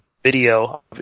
video